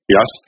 Yes